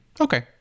Okay